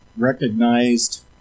recognized